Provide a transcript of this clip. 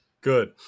Good